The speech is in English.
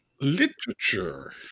Literature